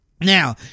Now